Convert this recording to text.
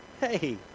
Hey